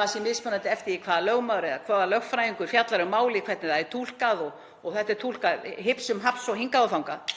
það sé mismunandi eftir því hvaða lögmaður eða hvaða lögfræðingur fjallar um málið hvernig það er túlkað, og þetta er túlkað hipsum haps og hingað og þangað.